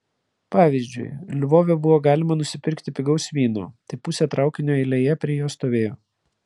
pavyzdžiui lvove buvo galima nusipirkti pigaus vyno tai pusė traukinio eilėje prie jo stovėjo